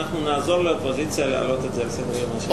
אנחנו נעזור לאופוזיציה להעלות את זה לסדר-היום של הכנסת.